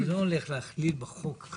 אני לא בקיא בזה מספיק.